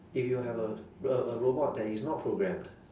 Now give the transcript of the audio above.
if you have a a a robot that is not programmed